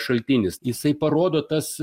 šaltinis jisai parodo tas